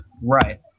Right